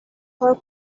کار